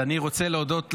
אז אני רוצה להודות לך.